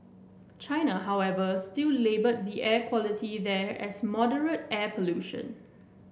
China however still labelled the air quality there as moderate air pollution